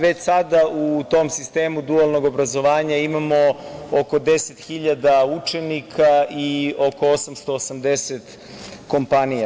Već sada u tom sistemu dualnog obrazovanja imamo oko 10.000 učenika i oko 880 kompanija.